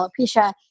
alopecia